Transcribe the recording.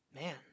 Man